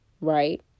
Right